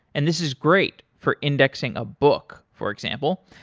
and this is great for indexing a book, for example.